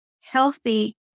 healthy